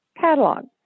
catalog